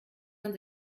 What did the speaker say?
man